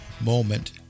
moment